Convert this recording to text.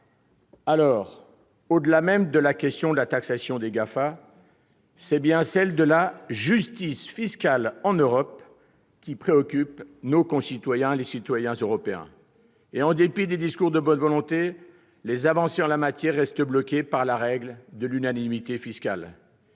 Au-delà même de la question de la taxation des GAFA, c'est bien celle de la justice fiscale en Europe qui préoccupe nos concitoyens, les citoyens européens. En dépit des discours de bonne volonté, les avancées en l'espèce restent bloquées par la règle de l'unanimité en